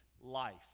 life